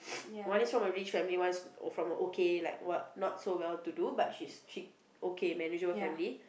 one is from a rich family one is from a okay like what not so well to do but she's she okay manageable family